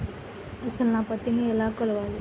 అసలు నా పత్తిని ఎలా కొలవాలి?